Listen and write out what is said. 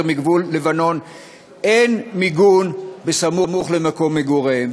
מגבול לבנון אין מיגון סמוך למקום מגוריהם.